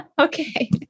Okay